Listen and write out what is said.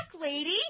lady